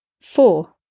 Four